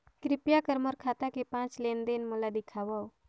कृपया कर मोर खाता के पांच लेन देन मोला दिखावव